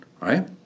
right